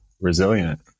resilient